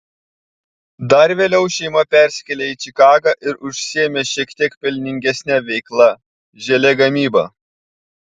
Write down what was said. dar vėliau šeima persikėlė į čikagą ir užsiėmė šiek tiek pelningesne veikla želė gamyba